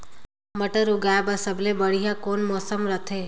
मटर उगाय बर सबले बढ़िया कौन मौसम रथे?